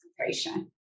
concentration